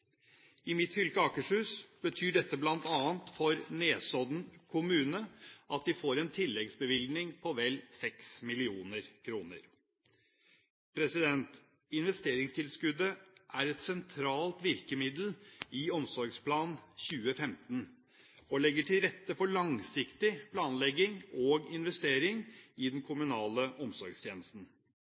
I mitt fylke, Akershus, betyr dette bl.a. for Nesodden kommune at de får en tilleggsbevilgning på vel 6 mill. kr. Investeringstilskuddet er et sentralt virkemiddel i Omsorgsplan 2015, og legger til rette for langsiktig planlegging og investering i den kommunale omsorgstjenesten.